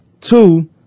Two